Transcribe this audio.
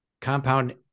compound